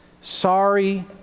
sorry